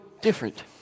different